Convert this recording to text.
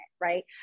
right